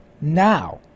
now